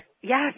Yes